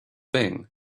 thing